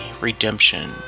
redemption